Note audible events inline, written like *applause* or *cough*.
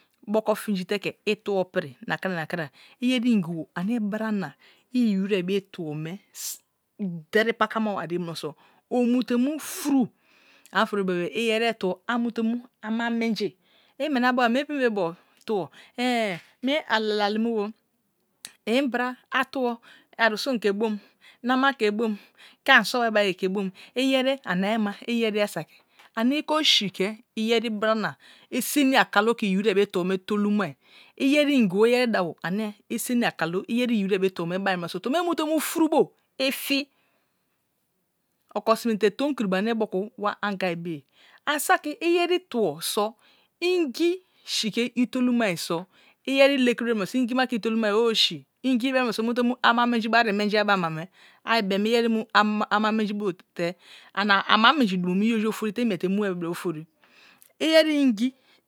Boko firnjo te ke itno pri nakra nakra iyeri ingres ane bra na nyi wiré be tuo me *noise* deri pakamai munosо̱ omute mu furu ani ofori be̱be̱ i etebo tub amu te mu ama menyi, meni abeba mie pem-be bo tuo *hesitation* mi alalimebo *noise* in bra atubo aru su̱n ke bom nama the bom lae ani so bai āyi ke bom iyeri ane ayi ma iyernya saki, ane tko si̱ ke iyeri bra nn eseni akalu ke iyi wirè be tuo me to lumen, yeri mgibo ayeri dabo ane esenia atratu jen iyi wirè me tubo me bai mimo so tubo me te me fourubo ifi okw sime te tom burn on ane moku wa angai beye and satri eyeri tus so ingi si the totu mar so̱ yen betion wire numoso ingi ma ke store mai ye owu styringi bem mmunoso me te mu a mija man-dilão ari menji ya be ama ais bem ujer mu muntelligibles aura menji bo te ani ama menje drumo me goju oferi te imiete mu wai bra ofori i yeri ingi.